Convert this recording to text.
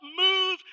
move